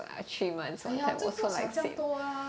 !aiya! 这不用想这样多的啦